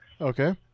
Okay